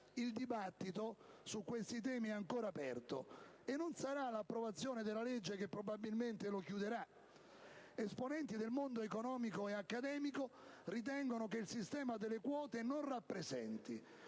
Il dibattito su questi temi è ancora aperto, e non sarà l'approvazione della legge che probabilmente lo chiuderà. Esponenti del mondo economico e accademico ritengono che il sistema delle quote non rappresenti